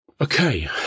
Okay